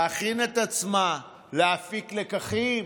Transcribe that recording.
להכין את עצמה, להפיק לקחים,